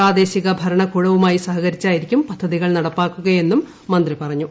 പ്രാദേശിക ഭരണകൂടവുമായി സഹകരിച്ചായിരിക്കും പ്ലദ്ധ്തികൾ നടപ്പാക്കുകയെന്നും മന്ത്രി പറഞ്ഞു